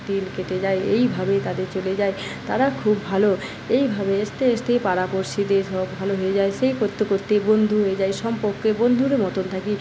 দিন কেটে যায় এইভাবে তাদের চলে যায় তারা খুব ভালো এইভাবে আস্তে আস্তে পাড়াপড়শিদের ভালো হয়ে যায় সেই করতে করতে বন্ধু হয়ে যায় সম্পর্কে বন্ধুর মতন থাকি